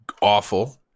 awful